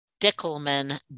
Dickelman